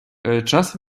час